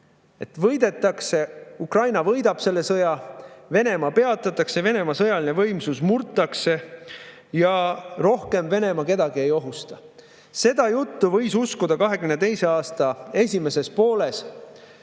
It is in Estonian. et võidetakse: Ukraina võidab selle sõja, Venemaa peatatakse, Venemaa sõjaline võimsus murtakse ja rohkem Venemaa kedagi ei ohusta. Seda juttu võis uskuda 2022. aasta esimeses pooles.